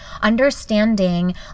understanding